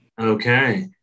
Okay